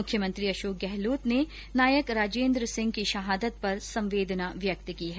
मुख्यमंत्री अशोक गहलोत ने नायक राजेन्द्र सिंह की शहादत पर संवेदना व्यक्त की है